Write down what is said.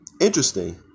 interesting